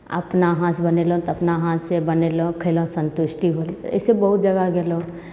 अपना हाथ बनेलहुँ तऽ अपना हाथ से बनेलहुँ खयलहुँ संतुष्टि होल ऐसे बहुत जगह गेलहुँ